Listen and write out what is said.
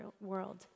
world